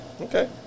Okay